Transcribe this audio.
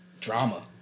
Drama